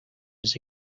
his